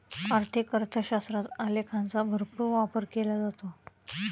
आर्थिक अर्थशास्त्रात आलेखांचा भरपूर वापर केला जातो